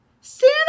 santa